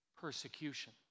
Persecution